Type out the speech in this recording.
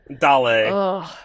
Dale